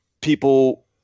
people